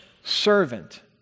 servant